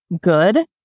good